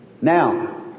Now